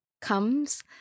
comes